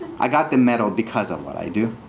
i got the medal because of what i do.